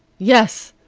yes,